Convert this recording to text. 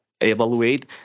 evaluate